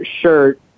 shirt